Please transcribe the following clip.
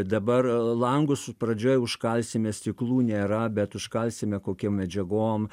dabar langus pradžioj užkalsime stiklų nėra bet užkalsime kokiom medžiagom